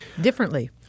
differently